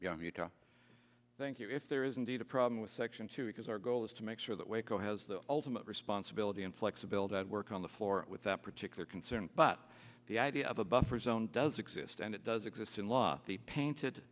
and thank you if there is indeed a problem with section two because our goal is to make sure that waco has the ultimate responsibility and flexibility to work on the floor with that particular concern but the idea of a buffer zone does exist and it does exist in law the painted